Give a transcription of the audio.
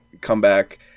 comeback